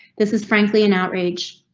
this is frankly an outrage.